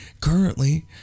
currently